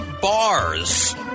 bars